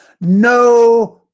no